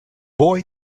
boy